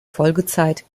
folgezeit